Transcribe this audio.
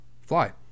fly